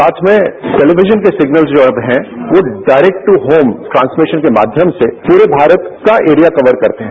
साथ में टेलीविजन के सिगनल्स जो अब हैं वो डायरेक्ट दू होम ट्रांसमिशन के माध्यम से पूरे भारत का एरिया कवर करते हैं